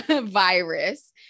virus